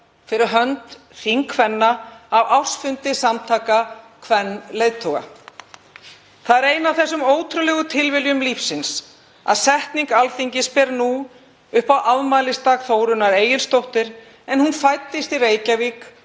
fyrir hönd þingkvenna á ársfundi samtaka kvenleiðtoga. Það er ein af þessum ótrúlegu tilviljunum lífsins að setningu Alþingis ber nú upp á afmælisdag Þórunnar Egilsdóttur, en hún fæddist í Reykjavík